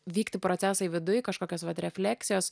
vykti procesai viduj kažkokios vat refleksijos